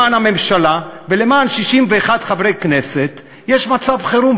למען הממשלה ולמען 61 חברי כנסת יש מצב חירום,